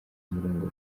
murongo